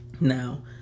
Now